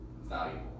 valuable